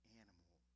animal